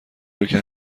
روکه